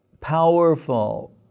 powerful